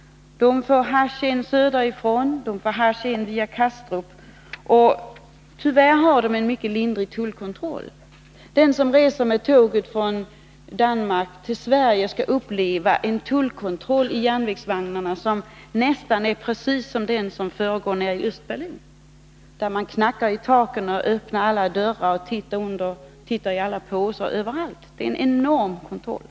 Danmark får hasch söderifrån, och det får hasch in via Kastrup. Tyvärr har man i Danmark en mycket lindrig tullkontroll. Den som reser med tåget från Danmark till Sverige skall uppleva en tullkontroll i järnvägsvagnarna som är precis som den som förekommer i Östberlin. Där knackar man i taken och öppnar alla dörrar och tittar i alla påsar, överallt. Det är en enorm kontroll.